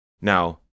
Now